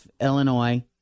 Illinois